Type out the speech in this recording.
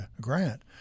Grant